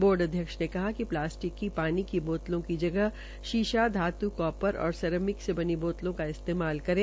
board अध्यक्ष ने कहा कि प्लास्टिक की शानी की बोतलों की जगह शीशा धातुका र और सेरेमिक से बनी बोतलों का इस्तेमाल करें